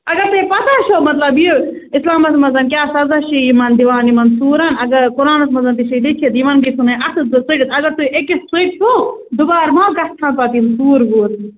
اَگر تۅہہِ پَتاہ چھَو مطلب یہِ اِسلامَس منٛز کیٛاہ سَزا چھُ یِمَن دِوان یِمَن ژوٗرَن اگر قرآنَس منٛز تہِ چھےٚ لیٚکھِتھ یِمَن گژھن اَتھٕ زٕ ژٔٹِتھ اگر تُہۍ أکِس ژٔٹۍ ہو دُبارٕ ما گژھِ ہا پَتہٕ یِم ژوٗرٕ ووٗرٕ